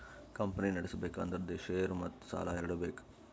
company ನಡುಸ್ಬೆಕ್ ಅಂದುರ್ share ಮತ್ತ ಸಾಲಾ ಎರಡು ಬೇಕ್